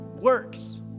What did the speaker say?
works